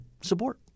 support